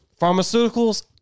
pharmaceuticals